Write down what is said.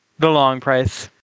thelongprice